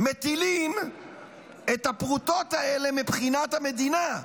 את הפרוטות האלה מבחינת המדינה,